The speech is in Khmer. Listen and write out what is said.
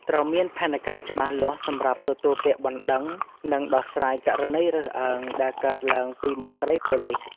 ត្រូវមានផែនការច្បាស់លាស់សម្រាប់ទទួលពាក្យបណ្តឹង និងដោះស្រាយករណីរើសអើងដែលកើតឡើងពីមន្ត្រីប៉ូលិស។